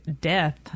death